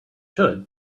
should